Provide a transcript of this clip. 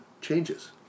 changes